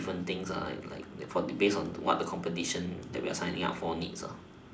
different things like like based on what the competition that we're signing up for needs